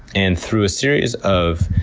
and through a series of,